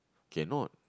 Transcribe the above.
cannot